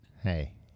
Hey